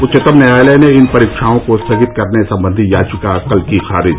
उच्चतम न्यायालय ने इन परीक्षाओं को स्थगित करने संबंधी याचिका कल की खारिज